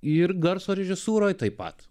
ir garso režisūroje taip pat